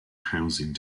housing